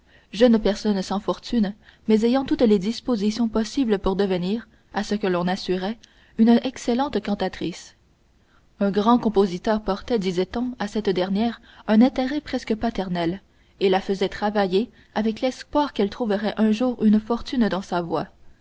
jeune personne sans fortune mais ayant toutes les dispositions possibles pour devenir à ce que l'on assurait une excellente cantatrice un grand compositeur portait disait-on à cette dernière un intérêt presque paternel et la faisait travailler avec l'espoir qu'elle trouverait un jour une fortune dans sa voix